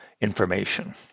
information